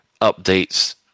updates